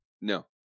No